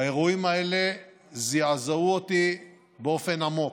האירועים האלה זעזעו אותי באופן עמוק,